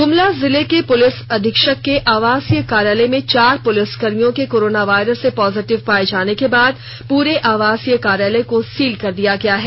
गुमला जिले के पुलिस अधीक्षक के आवासीय कार्यालय में चार पुलिसकर्मियों के कोरोनावायरस से पोजिटिव पाए जाने के बाद पूरे आवासीय कार्यालय को सील कर दिया गया है